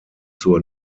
zur